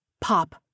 Pop